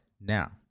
Now